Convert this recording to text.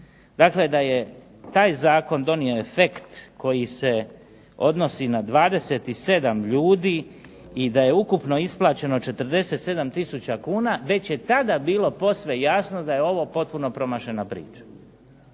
Dakle, da je taj zakon donio efekt koji se odnosi na 27 ljudi i da je ukupno isplaćeno 47000 kuna već je tada bilo posve jasno da je ovo potpuno promašena priča.